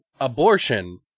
abortion